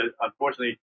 unfortunately